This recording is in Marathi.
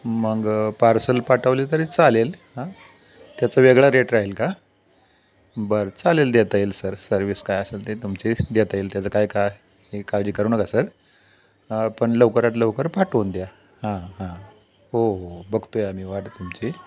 मग पार्सल पाठवली तरी चालेल हां त्याचा वेगळा रेट राहील का बरं चालेल देता येईल सर सर्विस काय असेल ते तुमची देता येईल त्याचं काय काय हे काळजी करू नका सर पण लवकरात लवकर पाठवून द्या हां हां हो हो बघतो आहे आम्ही वाट तुमची